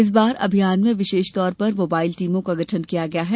इस बार अभियान में विशेष तौर पर मोबाईल टीमों का गठन किया गया है